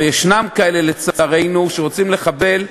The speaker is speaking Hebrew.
ויש לצערנו כאלה שרוצים לחבל,